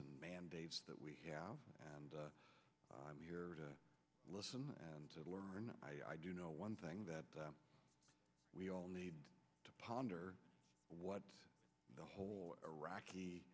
and mandates that we have and i'm here to listen and learn and i do know one thing that we all need to ponder what the whole iraqi